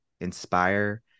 inspire